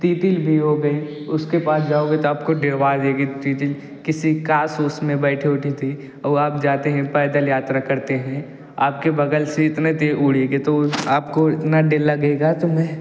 तितिल भी हो गई उसके पास जाओगे तो आपको डरवा देगी तितिल किसी गास उछ में बैठी हुई थी वह आप जाते हैं पैदल यात्रा करते हैं आपके बगल से इतने तेज़ से उड़ी के तो आपको इतना दिल लगेगा तो मैं